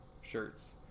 shirts